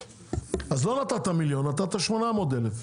אז לא נתת מיליון ₪, נתת 800,000 ₪.